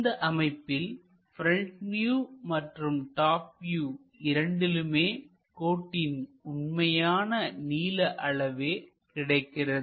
இந்த அமைப்பில் front view மற்றும் டாப் வியூ இரண்டிலுமே கோட்டின் உண்மையான நீள அளவே கிடைக்கிறது